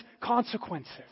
consequences